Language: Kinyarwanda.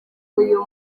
uyu